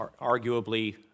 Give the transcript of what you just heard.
arguably